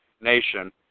nation